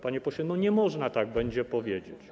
Panie pośle, nie można tak będzie powiedzieć.